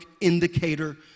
indicator